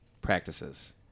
practices